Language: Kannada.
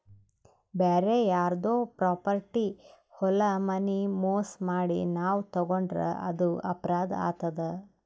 ಬ್ಯಾರೆ ಯಾರ್ದೋ ಪ್ರಾಪರ್ಟಿ ಹೊಲ ಮನಿ ಮೋಸ್ ಮಾಡಿ ನಾವ್ ತಗೋಂಡ್ರ್ ಅದು ಅಪರಾಧ್ ಆತದ್